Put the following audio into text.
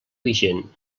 vigent